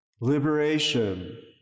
liberation